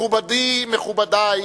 מכובדי, מכובדי,